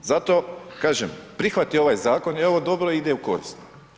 Zato, kažem, prihvati ovaj zakon jer on dobro ide u korist.